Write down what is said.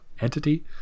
entity